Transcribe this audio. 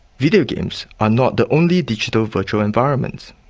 videogames are not the only digital virtual environments.